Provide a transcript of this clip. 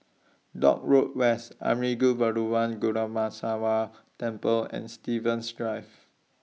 Dock Road West Arulmigu Velmurugan Temple and Stevens Drive